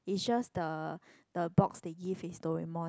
it just the the box they give is Doraemon